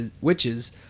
witches